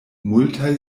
multaj